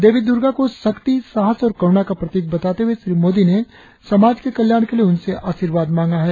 देवी दुर्गा को शक्ति साहस और करुणा का प्रतीक बताते हुए श्री मोदी ने समाज के कल्याण के लिए उनसे आशीर्वाद मांगा है